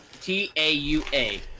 T-A-U-A